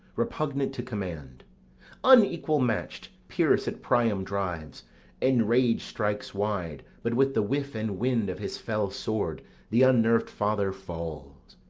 repugnant to command unequal match'd, pyrrhus at priam drives in rage strikes wide but with the whiff and wind of his fell sword the unnerved father falls.